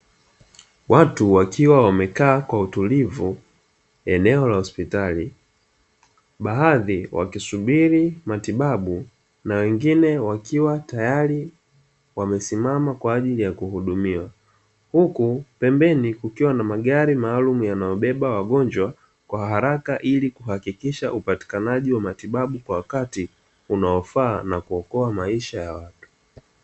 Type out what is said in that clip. Watu wakiwa wamekaa kwa utulivu eneo la hospitali, baadhi wakisubiri matibabu na wengine wakiwa tayari wamesimama kwa ajili ya kuhudumiwa. Huku pembeni kukiwa na magari maalumu yanayobeba wagonjwa kwa haraka, ili kuhakikisha upatikanaji wa matibabu kwa wakati unaofaa na kuokoa maisha ya watu.